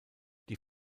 die